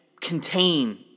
contain